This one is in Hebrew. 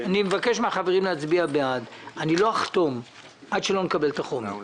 אבקש מן החברים להצביע בעד אבל לא אחתום עד שלא נקבל את החומר.